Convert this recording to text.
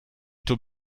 taux